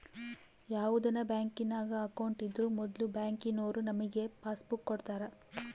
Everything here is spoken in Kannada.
ಯಾವುದನ ಬ್ಯಾಂಕಿನಾಗ ಅಕೌಂಟ್ ಇದ್ರೂ ಮೊದ್ಲು ಬ್ಯಾಂಕಿನೋರು ನಮಿಗೆ ಪಾಸ್ಬುಕ್ ಕೊಡ್ತಾರ